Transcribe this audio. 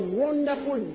wonderful